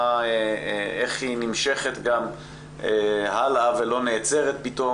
איך היא נמשכת גם הלאה ולא נעצרת פתאום,